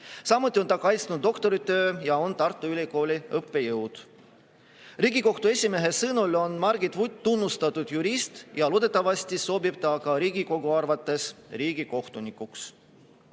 Samuti on ta kaitsnud doktoritöö ja on Tartu Ülikooli õppejõud. Riigikohtu esimehe sõnul on Margit Vutt tunnustatud jurist ja loodetavasti sobib ta Riigikogu arvates riigikohtunikuks. Kandidaat